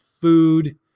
food